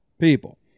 people